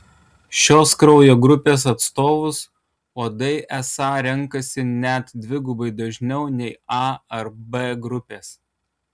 šios kraujo grupės atstovus uodai esą renkasi net dvigubai dažniau nei a ar b grupės